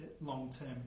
long-term